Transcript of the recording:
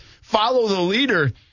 follow-the-leader